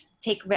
take